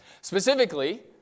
Specifically